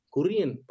Korean